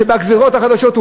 שבגזירות החדשות,